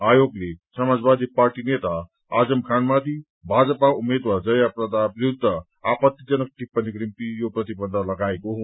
आयोगले समाजवादी पार्टी नेता आजम खानमाथि भाजपा उम्मेद्वार जयाप्रदा विरूद्व आपत्तिजनक टिप्पणीको निम्ति यो प्रतिबन्ध लगाएको हो